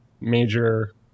major